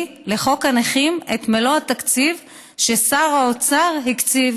לחוק הנכים את מלוא התקציב ששר האוצר הקציב,